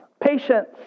patience